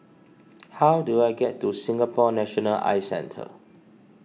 how do I get to Singapore National Eye Centre